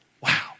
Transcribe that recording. Wow